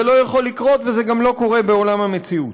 זה לא יכול לקרות וזה גם לא קורה בעולם המציאות.